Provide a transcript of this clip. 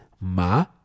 ma